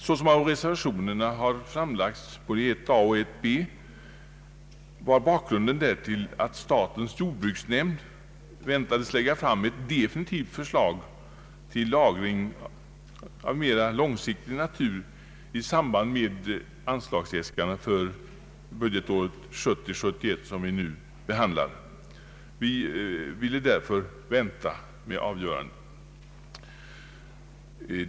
Såsom framhållits i både reservation 1 a och reservation 1 b var bakgrunden därtill att statens jordbruksnämnd väntades lägga fram ett definitivt förslag till lagring av mer långsiktig natur i samband med anslagsäskandet för budgetåret 1970/71 som vi nu behandlar, Vi ville därför vänta med avgörandet.